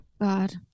god